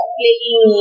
playing